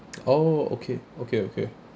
oh okay okay okay